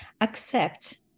accept